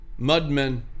mudmen